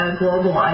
global